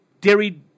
Dairy